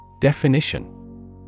Definition